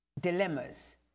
dilemmas